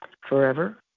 forever